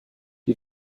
die